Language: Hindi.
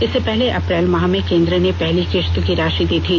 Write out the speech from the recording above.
इससे पहले अप्रैल माह में केंद्र ने पहली किस्त की राशि दी थी